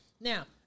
now